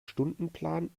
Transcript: stundenplan